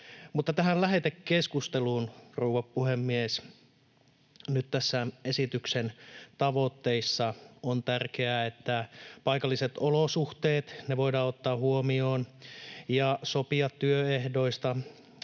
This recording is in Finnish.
tähän lähetekeskusteluun, rouva puhemies. Tämän esityksen tavoitteissa on tärkeää, että paikalliset olosuhteet voidaan ottaa huomioon ja sopia paikallisesti